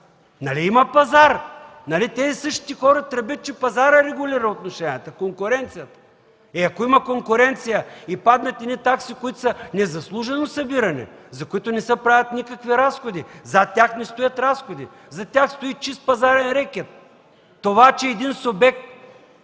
Нали има пазар?! Нали всички тези хора тръбят, че пазарът регулира отношенията, конкуренцията? Е, ако има конкуренция и паднат такси, които са незаслужено събирани, за които не се правят никакви разходи, зад тях не стоят разходи, зад тях стои чист пазарен рекет! Това, че един субект